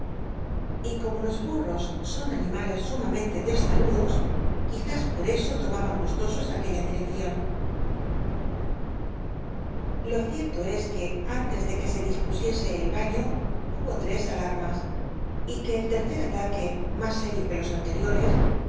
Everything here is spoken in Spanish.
y como los burros son animales sumamente testarudos quiz is por eso tomaban gustosos aquella direccion lo cieto es que antes de que se dispusiese el baño hubo ijes alarmas y que elle'ce ataque más serio que los anteriores